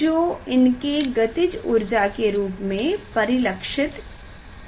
जो इनके गतिज ऊर्जा के रूप में परिलक्षित होगी